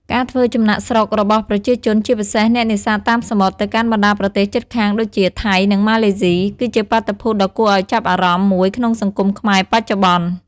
ការធ្វើចំណាកស្រុករបស់ប្រជាជន ជាពិសេសអ្នកនេសាទតាមសមុទ្រ ទៅកាន់បណ្ដាប្រទេសជិតខាងដូចជាថៃ និងម៉ាឡេស៊ី គឺជាបាតុភូតដ៏គួរឱ្យចាប់អារម្មណ៍មួយក្នុងសង្គមខ្មែរបច្ចុប្បន្ន។